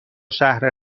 شهر